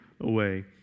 away